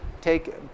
take